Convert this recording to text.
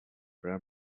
for